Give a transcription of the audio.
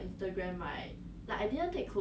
that's what si hui said